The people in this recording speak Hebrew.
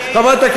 מה יהיה עם,